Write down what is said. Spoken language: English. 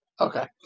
okay